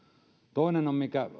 toinen minkä